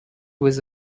with